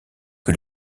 que